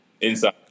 Inside